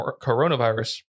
coronavirus